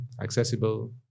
accessible